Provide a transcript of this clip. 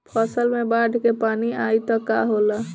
फसल मे बाढ़ के पानी आई त का होला?